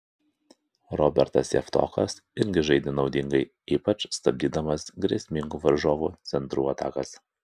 robertas javtokas irgi žaidė naudingai ypač stabdydamas grėsmingų varžovų centrų atakas